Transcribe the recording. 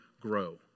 grow